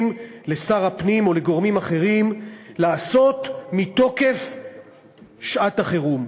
לשר הפנים או לגורמים אחרים לעשות מתוקף שעת-החירום.